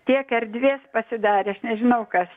tiek erdvės pasidaręs nežinau kas